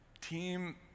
team